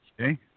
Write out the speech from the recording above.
okay